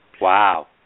Wow